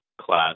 class